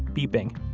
beeping.